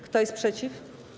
Kto jest przeciw?